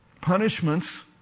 punishments